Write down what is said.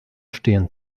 stehen